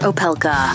Opelka